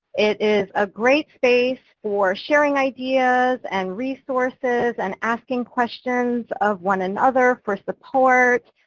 it is a great space for sharing ideas and resources and asking questions of one another for support.